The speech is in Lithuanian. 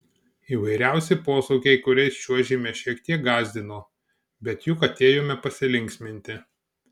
įvairiausi posūkiai kuriais čiuožėme šiek tiek gąsdino bet juk atėjome pasilinksminti